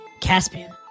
Caspian